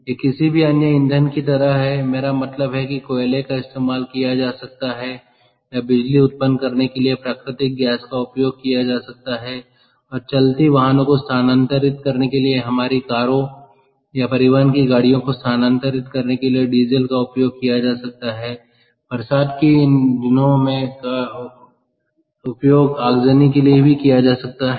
यह किसी भी अन्य ईंधन की तरह है मेरा मतलब है कि कोयले का इस्तेमाल किया जा सकता है या बिजली उत्पन्न करने के लिए प्राकृतिक गैस का उपयोग किया जा सकता है और चलती वाहनों को स्थानांतरित करने के लिए हमारी कारों या परिवहन की गाड़ियों को स्थानांतरित करने के लिए डीजल का उपयोग किया जा सकता है बरसात की इन दोनों का उपयोग आगजनी के लिए भी किया जा सकता है